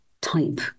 type